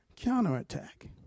Counterattack